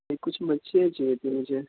کچھ مچھلیاں چاہیے تھیں مجھے